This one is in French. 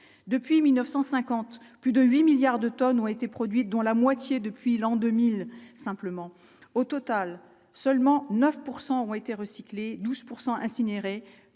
depuis 1950 plus de 8 milliards de tonnes ont été produites, dont la moitié depuis l'an 2000 simplement au total seulement 9 pourcent ont été recyclés 12 pourcent incinérés